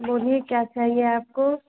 बोलिए क्या चाहिए आपको